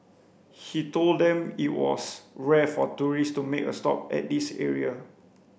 he told them it was rare for tourist to make a stop at this area